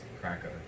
Cracker